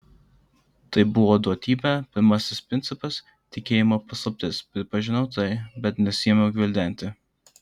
tai buvo duotybė pirmasis principas tikėjimo paslaptis pripažinau tai bet nesiėmiau gvildenti